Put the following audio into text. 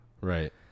right